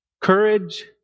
Courage